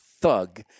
thug